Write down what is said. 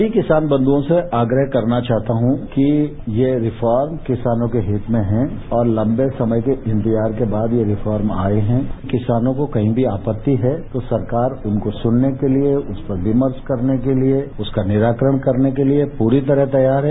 सभी किसान बंध्रआँ से आग्रह करना चाहता हूं कि ये रिफॉर्म किसानों के हित में है और लम्बे समय के इंतजार के बाद ये रिफॉर्म आए हैं किसानों को कहीं भी आपति है तो सरकार उनको सुनने के लिए उस पर विमर्श करने के लिए उसका निराकरण करने के लिए पूरी तरह तैयार है